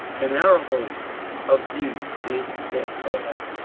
and our hope of you is stedfast,